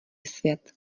svět